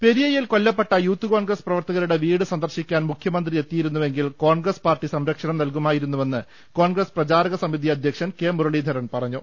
പെരിയയിൽ കൊല്ലപ്പെട്ട യൂത്ത് കോൺഗ്രസ് പ്രവർത്തകരുടെ വീട് സന്ദർശിക്കാൻ മുഖ്യമന്ത്രി എത്തി യിരുന്നുവെങ്കിൽ കോൺഗ്രസ് പാർട്ടി സംരക്ഷണം നൽകുമായിരുന്നുവെന്ന് കോൺഗ്രസ് പ്രചാരണ സമിതി അധ്യക്ഷൻ കെ മുരളീധരൻ പറഞ്ഞു